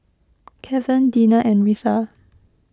Kevan Dina and Retha